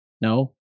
No